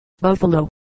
Buffalo